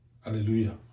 Hallelujah